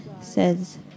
says